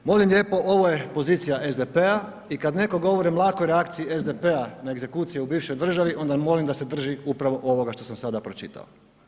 Molim lijepo, ovo je pozicija SDP-a i kad netko govori o mlakoj reakciji SDP-a na egzekuciji u bivšoj državi, onda molim da se drži upravo ovoga što sam sada pročitao.